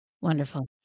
Wonderful